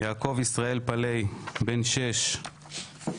יעקב ישראל פלאי בן שש,